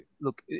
look